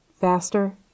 faster